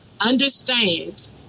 understands